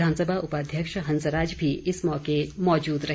विधानसभा उपाध्यक्ष हंसराज भी इस मौके मौजूद रहे